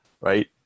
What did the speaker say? Right